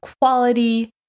quality